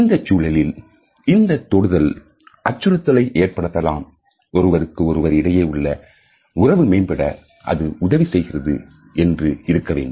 இந்தச் சூழலில் இந்தத் தொடுதல் அச்சுறுத்தலை ஏற்படுத்தாமல் ஒருவருக்கு ஒருவர் இடையே உள்ள உறவு மேம்பட அது உதவி செய்கிறது என்று இருக்க வேண்டும்